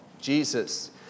Jesus